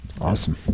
Awesome